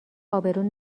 ابرو